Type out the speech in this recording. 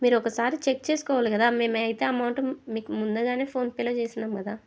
మీరు ఒక్కసారి చెక్ చేసుకోవాలి కదా మేమైతే అమౌంట్ మీకు ముందుగానే ఫోన్పేలో చేశాము కదా